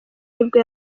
nibwo